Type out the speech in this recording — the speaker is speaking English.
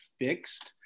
fixed